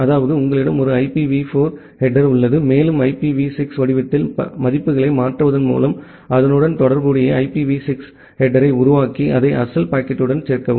அதாவது உங்களிடம் ஒரு ஐபிவி 4 ஹெடேர் உள்ளது மேலும் ஐபிவி 6 வடிவத்தில் மதிப்புகளை மாற்றுவதன் மூலம் அதனுடன் தொடர்புடைய ஐபிவி 6 தலைப்பை உருவாக்கி அதை அசல் பாக்கெட்டுடன் சேர்க்கவும்